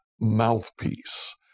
mouthpiece